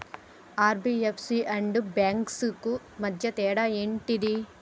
NBFC and banks కు మధ్య తేడా ఏంటిది?